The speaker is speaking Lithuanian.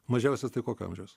mažiausias tai kokio amžiaus